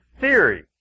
theory